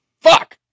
Fuck